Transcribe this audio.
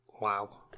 Wow